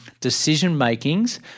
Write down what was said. decision-makings